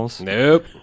Nope